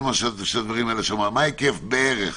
מה ההיקף בערך?